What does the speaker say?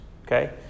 okay